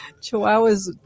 Chihuahuas